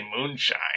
moonshine